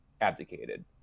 abdicated